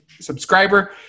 subscriber